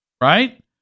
right